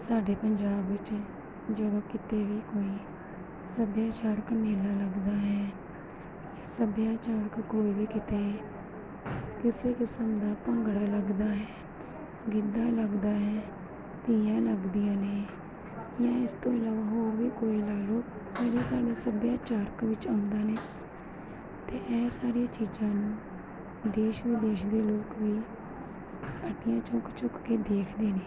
ਸਾਡੇ ਪੰਜਾਬ ਵਿੱਚ ਜਦੋਂ ਕਿਤੇ ਵੀ ਕੋਈ ਸੱਭਿਆਚਾਰਕ ਮੇਲਾ ਲੱਗਦਾ ਹੈ ਸੱਭਿਆਚਾਰਕ ਕੋਈ ਵੀ ਕਿਤੇ ਕਿਸੇ ਕਿਸਮ ਦਾ ਭੰਗੜਾ ਲੱਗਦਾ ਹੈ ਗਿੱਧਾ ਲੱਗਦਾ ਹੈ ਤੀਆਂ ਲੱਗਦੀਆਂ ਨੇ ਜਾਂ ਇਸ ਤੋਂ ਇਲਾਵਾ ਹੋਰ ਵੀ ਕੋਈ ਲਾ ਲਓ ਜਿਹੜੇ ਸਾਡੇ ਸੱਭਿਆਚਾਰਕ ਵਿੱਚ ਆਉਂਦੇ ਨੇ ਅਤੇ ਇਹ ਸਾਰੀਆਂ ਚੀਜ਼ਾਂ ਨੂੰ ਦੇਸ਼ ਵਿਦੇਸ਼ ਦੇ ਲੋਕ ਵੀ ਅੱਡੀਆਂ ਚੁੱਕ ਚੁੱਕ ਕੇ ਦੇਖਦੇ ਨੇ